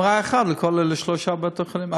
MRI אחד לשלושה בתי-חולים.